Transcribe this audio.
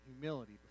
humility